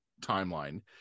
timeline